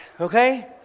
Okay